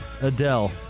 Adele